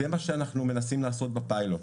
זה מה שאנחנו מנסים לעשות בפיילוט.